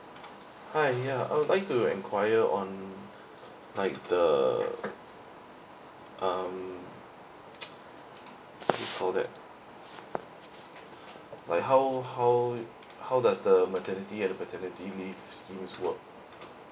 hi ya I would like to enquire on like the um what do you call that by how how how does the maternity and the paternity leave scheme work